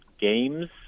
games